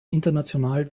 international